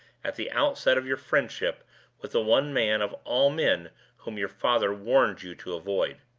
at the outset of your friendship with the one man of all men whom your father warned you to avoid.